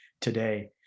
today